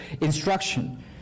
instruction